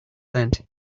sent